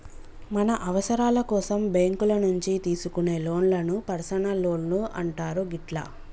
మన అవసరాల కోసం బ్యేంకుల నుంచి తీసుకునే లోన్లను పర్సనల్ లోన్లు అంటారు గిట్లా